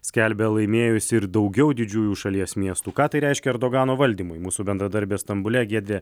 skelbia laimėjusi ir daugiau didžiųjų šalies miestų ką tai reiškia erdogano valdymui mūsų bendradarbė stambule giedrė